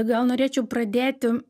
gal norėčiau pradėti